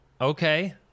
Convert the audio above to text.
okay